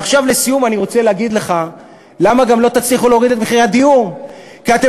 לסיום אני רוצה להגיד לך למה לא תצליחו גם להוריד את מחירי הדיור: כי אתם